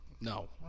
No